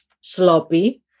sloppy